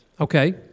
Okay